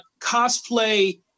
cosplay